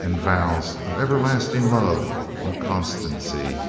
and vows of everlasting love and constancy